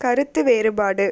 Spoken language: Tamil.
கருத்து வேறுபாடு